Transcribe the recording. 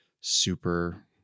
super